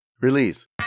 Release